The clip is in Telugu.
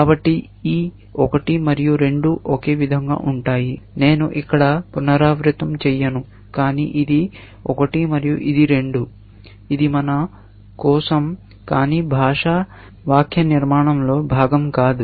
కాబట్టి ఈ 1 మరియు 2 ఒకే విధంగా ఉంటాయి నేను ఇక్కడ పునరావృతం చేయను కానీ ఇది 1 మరియు ఇది 2 ఇది మన కోసమే కానీ భాషా వాక్యనిర్మాణంలో భాగం కాదు